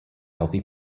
healthy